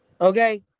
Okay